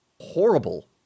horrible